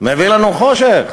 מביא לנו חושך.